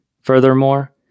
Furthermore